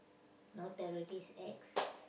no terrorist acts